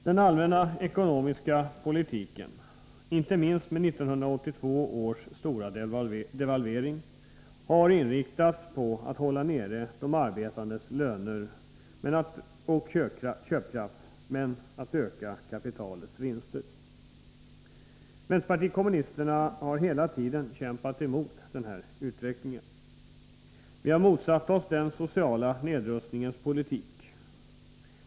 Den allmänna ekonomiska politiken, inte minst med 1982 års stora devalvering, har inriktats på att hålla nere de arbetandes löner och köpkraft men att öka kapitalets vinster. Vänsterpartiet kommunisterna har hela tiden kämpat emot denna utveckling. Vi har motsatt oss den sociala nedrustningens politik.